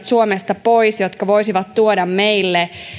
suomesta pois tällaiset henkilöt jotka voisivat tuoda meille